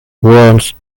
worms